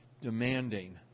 demanding